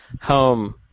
home